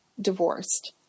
divorced